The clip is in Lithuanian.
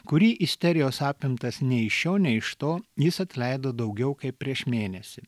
kurį isterijos apimtas nei iš šio nei iš to jis atleido daugiau kaip prieš mėnesį